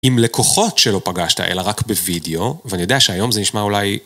עם לקוחות שלא פגשת, אלא רק בווידאו, ואני יודע שהיום זה נשמע אולי...